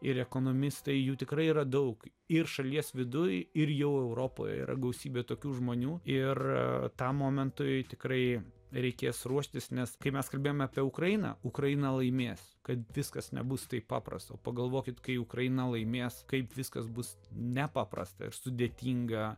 ir ekonomistai jų tikrai yra daug ir šalies viduj ir jo europoje yra gausybė tokių žmonių ir tam momentui tikrai reikės ruoštis nes kai mes kalbame apie ukrainą ukraina laimės kad viskas nebus taip paprasta pagalvokit kai ukraina laimės kaip viskas bus nepaprastai sudėtinga